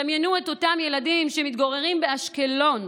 דמיינו את אותם ילדים שמתגוררים באשקלון,